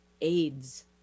aids